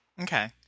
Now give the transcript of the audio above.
Okay